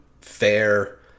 fair